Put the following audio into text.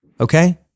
Okay